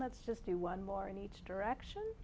let's just do one more in each direction